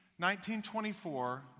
1924